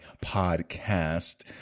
podcast